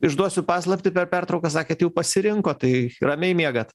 išduosiu paslaptį per pertrauką sakėt jau pasirinkot tai ramiai miegat